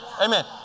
Amen